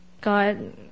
God